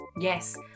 Yes